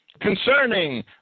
concerning